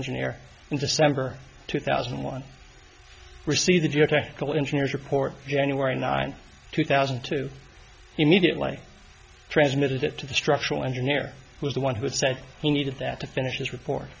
engineer in december two thousand and one received the geotechnical engineer report january ninth two thousand and two immediately transmitted it to the structural engineer who was the one who said he needed that to finish his report